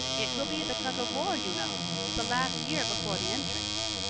it will be the tug of war, you know the last year before the entrance.